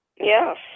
Yes